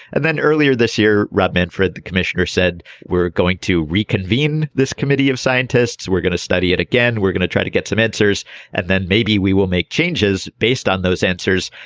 and then earlier this year rob manfred the commissioner said we're going to reconvene this committee of scientists we're going to study it again we're going to try to get some answers and then maybe we will make changes based on those answers.